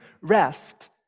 rest